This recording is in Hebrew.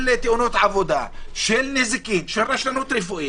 של תאונות עבודה, של נזיקין, של רשלנות רפואית